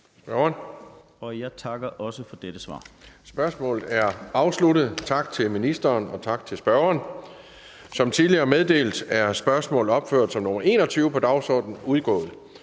(Kristian Pihl Lorentzen): Spørgsmålet er afsluttet. Tak til ministeren, og tak til spørgeren. Som tidligere meddelt er spørgsmålet opført som nr. 21 på dagsordenen udgået.